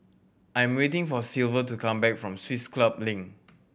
I'm waiting for Silver to come back from Swiss Club Link